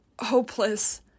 hopeless